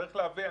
צריך להבין.